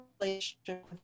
relationship